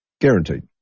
Guaranteed